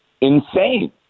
insane